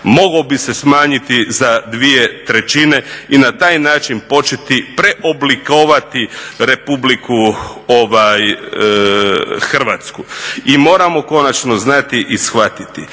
mogao bi se smanjiti za dvije trećine i na taj način početi preoblikovati Republiku Hrvatsku. I moramo konačno znati i shvatiti,